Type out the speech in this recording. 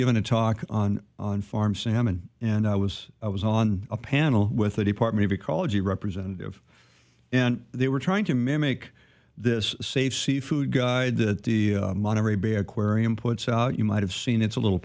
given a talk on on farm salmon and i was i was on a panel with a department of ecology representative and they were trying to mimic this safe seafood guide that the monterey bay aquarium puts out you might have seen it's a little